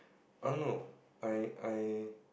I don't know I I